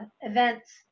events